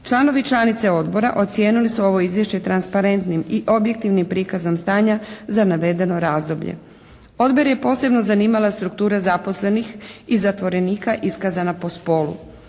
Članovi i članice Odbora ocijenili su ovo izvješće transparentnim i objektivnim prikazom stanja za navedeno razdoblje. Odbor je posebno zanimala struktura zaposlenih i zatvorenika iskazana po spolu.